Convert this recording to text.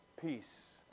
peace